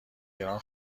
ایران